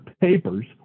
papers